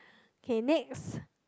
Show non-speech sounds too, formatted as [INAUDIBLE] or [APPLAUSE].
okay next [BREATH]